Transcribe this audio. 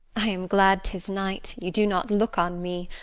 i am glad tis night, you do not look on me,